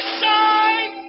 side